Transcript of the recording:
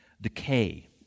decay